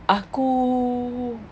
aku